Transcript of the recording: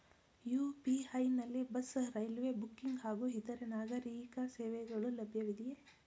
UPI ನಲ್ಲಿ bus, railway booking ಹಾಗೂ ಇತರೆ ನಾಗರೀಕ ಸೇವೆಗಳು ಲಭ್ಯವಿದೆಯೇ?